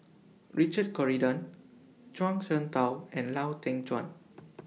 Richard Corridon Zhuang Shengtao and Lau Teng Chuan